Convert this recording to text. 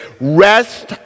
rest